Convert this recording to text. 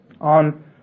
on